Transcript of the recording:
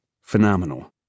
phenomenal